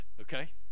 okay